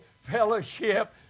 Fellowship